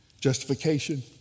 Justification